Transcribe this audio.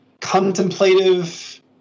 contemplative